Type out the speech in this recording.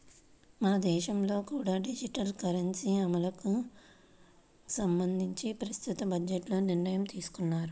మన దేశంలో కూడా డిజిటల్ కరెన్సీ అమలుకి సంబంధించి ప్రస్తుత బడ్జెట్లో నిర్ణయం తీసుకున్నారు